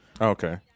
Okay